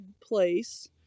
place